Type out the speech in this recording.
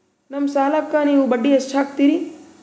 ನಮ್ಮ ಸಾಲಕ್ಕ ನೀವು ಬಡ್ಡಿ ಎಷ್ಟು ಹಾಕ್ತಿರಿ?